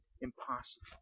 impossible